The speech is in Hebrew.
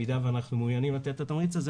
במידה ואנחנו מעוניינים לתת את התמריץ הזה,